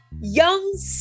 young